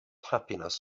happiness